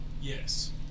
Yes